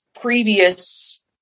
previous